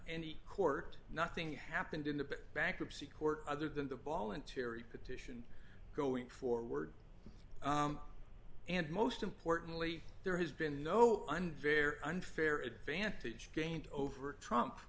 ny court nothing happened in the bankruptcy court other than the volunteering petition going forward and most importantly there has been no i'm very unfair advantage gained over trump